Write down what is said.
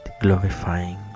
glorifying